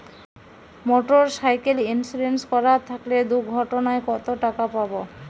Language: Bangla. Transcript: মোটরসাইকেল ইন্সুরেন্স করা থাকলে দুঃঘটনায় কতটাকা পাব?